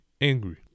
angry